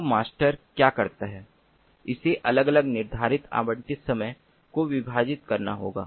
तो मास्टर क्या करता है उसे अलग अलग निर्धारित आवंटित समय को विभाजित करना होगा